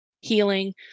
healing